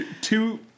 two